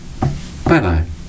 Bye-bye